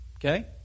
okay